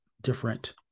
different